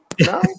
no